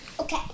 Okay